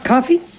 coffee